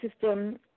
system